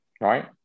right